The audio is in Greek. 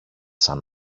σαν